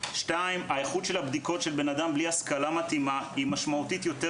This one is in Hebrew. וגם בכך שהאיכות של הבדיקות היא משמעותית יותר